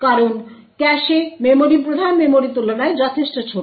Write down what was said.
কারণ cache memory প্রধান মেমরির তুলনায় যথেষ্ট ছোট